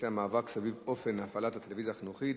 המאבק סביב אופן הפעלת הטלוויזיה החינוכית